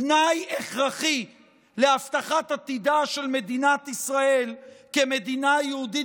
תנאי הכרחי להבטחת עתידה של מדינת ישראל כמדינה יהודית